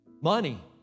Money